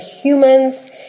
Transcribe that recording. humans